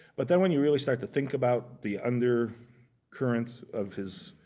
but then when you really start to think about the under current of his